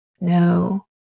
No